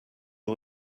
aux